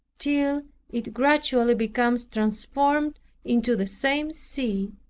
till it gradually becomes transformed into the same sea,